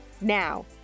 Now